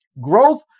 growth